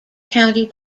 county